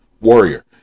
warrior